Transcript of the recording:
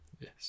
yes